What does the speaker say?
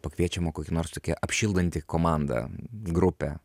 pakviečiama kokia nors tokia apšildanti komanda grupė